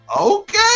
okay